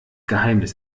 geheimnis